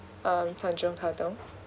um tanjong katong